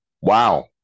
Wow